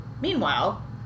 Meanwhile